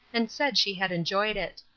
and said she had enjoyed it.